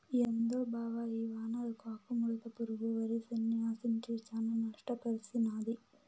ఏందో బావ ఈ వానలకు ఆకుముడత పురుగు వరిసేన్ని ఆశించి శానా నష్టపర్సినాది